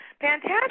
fantastic